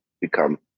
become